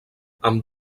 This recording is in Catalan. amb